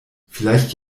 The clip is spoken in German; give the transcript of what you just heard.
vielleicht